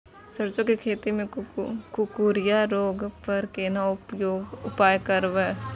सरसो के खेती मे कुकुरिया रोग पर केना उपाय करब?